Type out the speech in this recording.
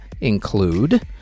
include